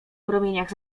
promieniach